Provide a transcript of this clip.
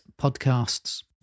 podcasts